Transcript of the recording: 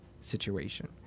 situation